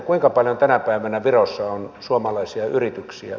kuinka paljon tänä päivänä virossa on suomalaisia yrityksiä